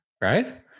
Right